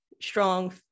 strong